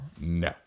no